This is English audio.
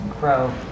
grow